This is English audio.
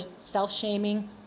self-shaming